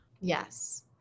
Yes